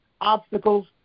obstacles